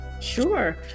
Sure